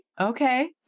Okay